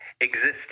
existing